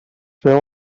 veu